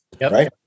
Right